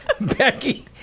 Becky